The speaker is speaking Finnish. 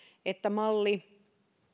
malli